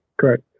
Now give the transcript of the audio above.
correct